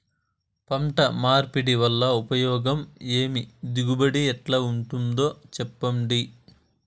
పంట మార్పిడి వల్ల ఉపయోగం ఏమి దిగుబడి ఎట్లా ఉంటుందో చెప్పండి?